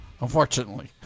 Unfortunately